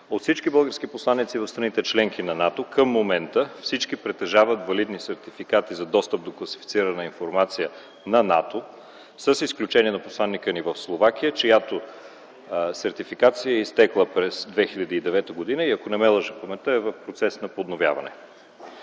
От всички български посланици в страните – членки на НАТО, към момента всички притежават валидни сертификати за достъп до класифицирана информация на НАТО, с изключение на посланика ни в Словакия, чиято сертификация е изтекла през 2009 г. и е в процес на подновяване,